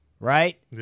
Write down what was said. Right